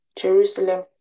Jerusalem